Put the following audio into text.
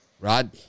Rod